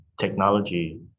technology